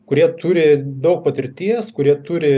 kurie turi daug patirties kurie turi